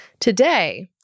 Today